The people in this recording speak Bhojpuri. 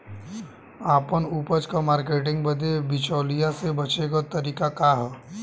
आपन उपज क मार्केटिंग बदे बिचौलियों से बचे क तरीका का ह?